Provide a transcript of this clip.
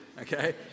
okay